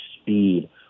speed